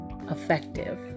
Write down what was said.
effective